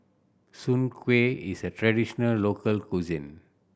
soon kway is a traditional local cuisine